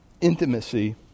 intimacy